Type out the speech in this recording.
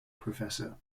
professor